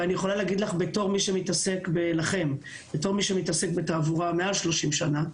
ואני יכולה להגיד לכם בתור שמי שמתעסק בתעבורה מעל שלושים שנה,